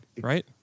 right